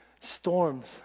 storms